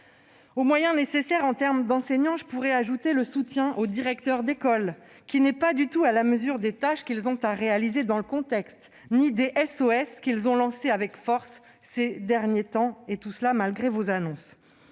Aux moyens nécessaires en termes d'enseignants je pourrais ajouter le soutien aux directeurs d'école, qui n'est pas du tout à la mesure des tâches qu'ils ont à réaliser dans le contexte actuel, ni des SOS qu'ils ont lancés avec force ces derniers temps- tout cela malgré vos annonces.